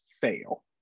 fail